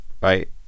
right